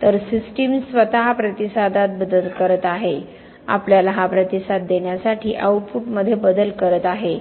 तर सिस्टम स्वतः प्रतिसादात बदल करत आहे आपल्याला हा प्रतिसाद देण्यासाठी आउटपुटमध्ये बदल करत आहे